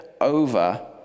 over